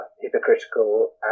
hypocritical